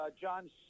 John